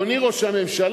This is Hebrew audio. אדוני ראש הממשלה,